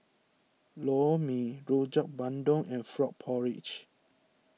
Lor Mee Rojak Bandung and Frog Porridge